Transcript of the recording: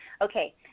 Okay